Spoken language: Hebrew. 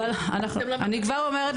אני כבר אומרת,